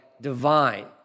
divine